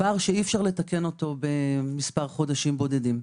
פער שאי אפשר לתקן במספר חודשים בודדים.